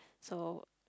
so